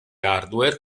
hardware